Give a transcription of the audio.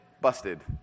Busted